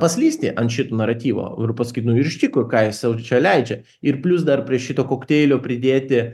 paslysti ant šito naratyvo ir paskui nu ir iš tikro ką jis sau čia leidžia ir plius dar prie šito kokteilio pridėti